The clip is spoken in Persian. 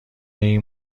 این